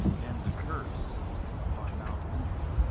and the curse upon mount ebal.